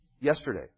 Yesterday